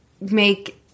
make